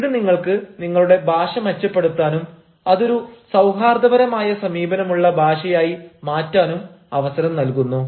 ഇത് നിങ്ങൾക്ക് നിങ്ങളുടെ ഭാഷ മെച്ചപ്പെടുത്താനും അതൊരു സൌഹാർദ്ദപരമായ സമീപനമുള്ള ഭാഷയായി മാറ്റാനും അവസരം നൽകുന്നു